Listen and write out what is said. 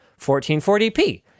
1440p